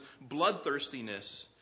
bloodthirstiness